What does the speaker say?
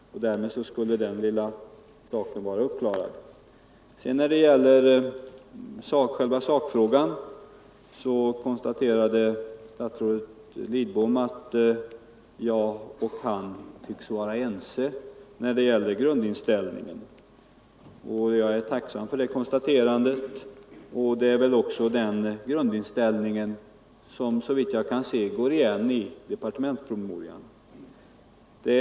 Därmed skulle den lilla saken vara uppklarad. Beträffande själva sakfrågan konstaterade statsrådet Lidbom att han och jag tycks vara ense när det gäller grundinställningen. Jag är tacksam för det konstaterandet; det är väl också den grundinställningen som — såvitt jag kan se — går igen i departementspromemorian.